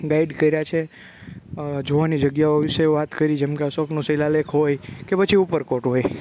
guide કર્યા છે જોવાની જગ્યાઓ વિશે વાત કરી જેમકે અશોકનો શિલાલેખ હોય કે પછી ઉપરકોટ હોય